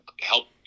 help